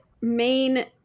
main